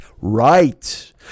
Right